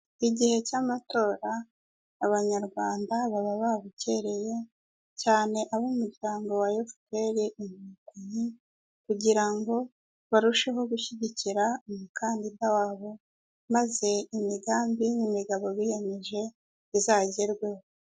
Igihe cy'amatora abanyarwanda baba babukereye cyane ab'umuryango wa efuperi inkotanyi kugira ngo barusheho gushyigikira umukandida wabo maze imigambi n'imigabo biyemeje izagerweho.